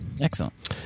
Excellent